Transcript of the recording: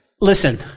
listen